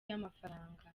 y’amafaranga